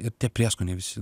ir tie prieskoniai visi